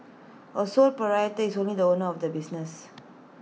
A sole proprietor is only the owner of the business